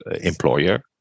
employer